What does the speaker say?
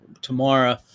tomorrow